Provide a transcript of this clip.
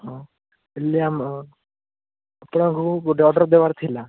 ହଁ ହେଲେ ଆମ ଆପଣଙ୍କୁ ଗୋଟେ ଅର୍ଡ଼ର୍ ଦେବାର ଥିଲା